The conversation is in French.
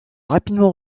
rapidement